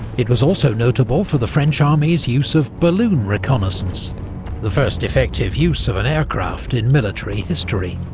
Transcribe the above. it was also notable for the french army's use of balloon reconnaissance the first effective use of an aircraft in military history.